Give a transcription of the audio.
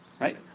right